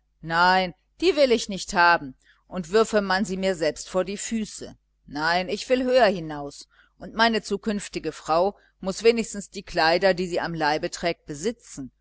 nein die will ich nicht haben und würfe man sie mir selbst vor die füße nein ich will höher hinaus und meine zukünftige frau muß wenigstens die kleider die sie am leibe trägt besitzen